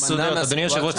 אדוני היושב ראש,